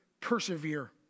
persevere